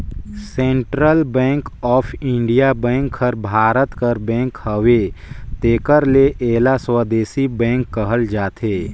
central bank of India bank हर भारत कर bank हवे तेकर ले एला स्वदेसी बेंक कहल जाथे